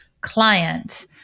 client